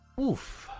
Oof